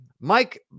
mike